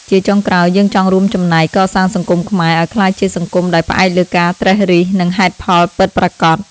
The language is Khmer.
ជាចុងក្រោយ យើងចង់រួមចំណែកកសាងសង្គមខ្មែរឱ្យក្លាយជាសង្គមដែលផ្អែកលើការត្រិះរិះ និងហេតុផលពិតប្រាកដ។